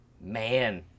man